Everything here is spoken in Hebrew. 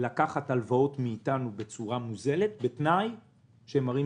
לקחת הלוואות מאיתנו בצורה מוזלת בתנאי שהם מראים